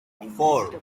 four